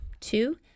Two